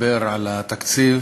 נדבר על התקציב